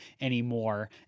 anymore